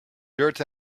dirt